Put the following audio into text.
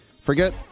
forget